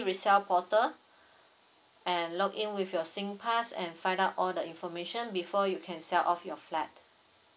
resell portal and log in with your singpass and find out all the information before you can sell off your flat